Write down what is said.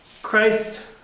Christ